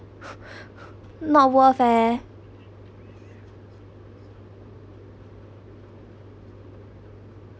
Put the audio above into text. not worth eh